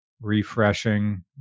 Refreshing